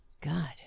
God